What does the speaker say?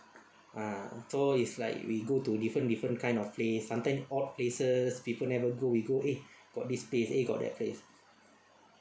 ah so is like we go to different different kind of place sometime odd places people never go we go eh got this place eh got that place